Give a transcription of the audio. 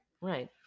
Right